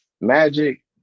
Magic